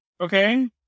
Okay